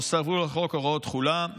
נוספו לחוק הוראות תחילה,